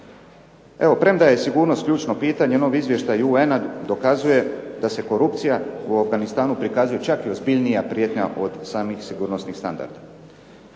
Evo, premda je sigurnost ključno pitanje novi izvještaj UN-a dokazuje da se korupcija u Afganistanu prikazuje čak i ozbiljnija prijetnja od samih sigurnosnih standarda.